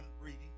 reading